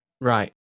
Right